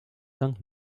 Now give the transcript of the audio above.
dank